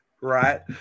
Right